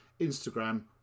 Instagram